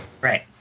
Right